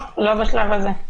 לא, לא בשלב הזה.